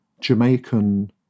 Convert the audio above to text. Jamaican